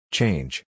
Change